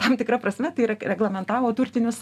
tam tikra prasme tai yra reglamentavo turtinius